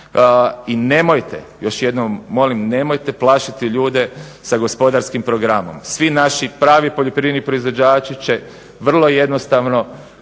I nemojte, još jednom molim, nemojte plašiti ljude sa gospodarskim programom. Svi naši pravi poljoprivredni proizvođači će vrlo jednostavno